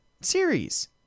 series